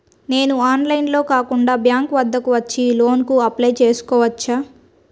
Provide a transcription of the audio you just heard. నేను ఆన్లైన్లో కాకుండా బ్యాంక్ వద్దకు వచ్చి లోన్ కు అప్లై చేసుకోవచ్చా?